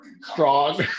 Strong